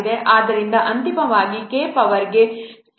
ಆದ್ದರಿಂದ ಅಂತಿಮವಾಗಿ K power C 1 ಗೆ ಸಮಾನವಾಗಿರುತ್ತದೆ